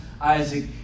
Isaac